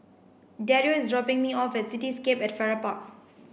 Dario is dropping me off at Cityscape at Farrer Park